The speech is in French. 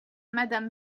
madame